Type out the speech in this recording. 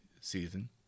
season